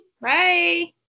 Bye